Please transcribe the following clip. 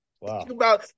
wow